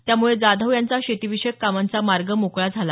त्यामुळे जाधव यांचा शेतीविषयक कामांचा मार्ग मोकळा झाला